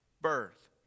birth